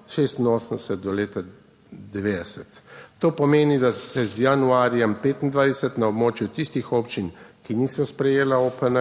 leta 1986 do leta 1990. To pomeni, da se z januarjem 2025 na območju tistih občin, ki niso sprejele OPN,